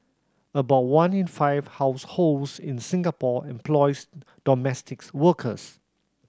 about one in five households in Singapore employs domestics workers